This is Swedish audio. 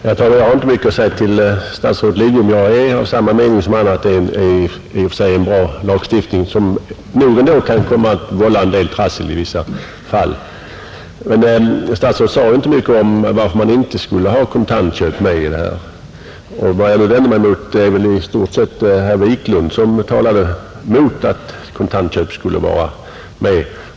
Herr talman! Jag har inte mycket att säga i anledning av statsrådet Lidboms anförande. Jag delar hans mening att det i och för sig är en bra lagstiftning, som nog ändå kan komma att vålla en del trassel i vissa fall. Statsrådet sade inte mycket om varför inte även kontantköp skulle omfattas av lagstiftningen. Jag vänder mig främst mot herr Wiklund i Stockholm, som talade mot att kontantköp skulle vara med.